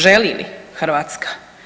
Želi li Hrvatska?